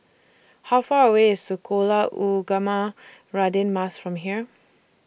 How Far away IS Sekolah Ugama Radin Mas from here